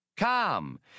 Come